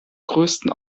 größten